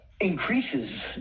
increases